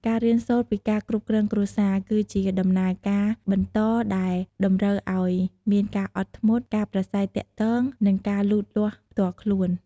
ការរៀនសូត្រពីការគ្រប់គ្រងគ្រួសារ គឺជាដំណើរការបន្តដែលតម្រូវឱ្យមានការអត់ធ្មត់ ការប្រាស្រ័យទាក់ទង និងការលូតលាស់ផ្ទាល់ខ្លួន។